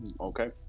Okay